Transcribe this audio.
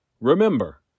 Remember